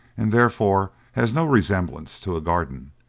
and therefore has no resemblance to a garden.